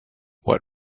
what